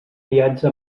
viatge